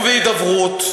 ובהידברות,